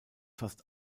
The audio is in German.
fast